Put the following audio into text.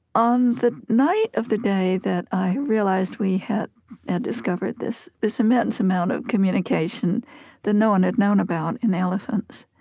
on the night of the day that i realized we had had discovered this this immense amount of communication that no one had known about in elephants,